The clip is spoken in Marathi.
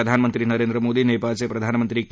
प्रधानमंत्री नरेंद्र मोदी नेपाळचे प्रधानमंत्री के